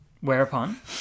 Whereupon